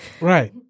Right